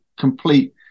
complete